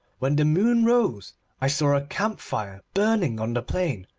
when the moon rose i saw a camp-fire burning on the plain,